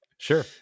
Sure